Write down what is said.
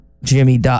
Jimmy